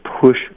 push